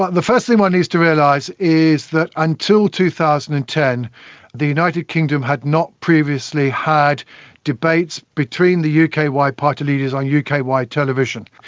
the first thing one needs to realise is that until two thousand and ten the united kingdom had not previously had debates between the uk-wide party leaders on uk-wide television.